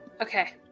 Okay